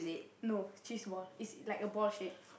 no cheese ball it's like a ball shape